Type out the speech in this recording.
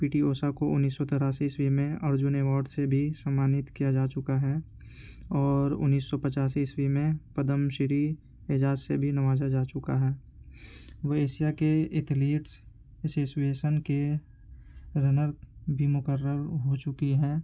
پی T Usha کو انیس سو تراسی عیسوی میں ارجن ایوارڈ سے بھی سمانت کیا جا چکا ہے اور انیس سو پچاسی عیسوی میں پدم شری اعزاز سے بھی نوازا جا چکا ہے وہ ایشیا کے ایتھلیٹس اسیسوایسن کے رنر بھی مقرر ہو چکی ہیں